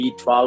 B12